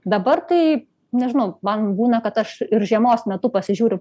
dabar tai nežinau man būna kad aš ir žiemos metu pasižiūriu